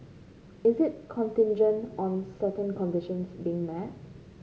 is it contingent on certain conditions being met